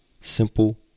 Simple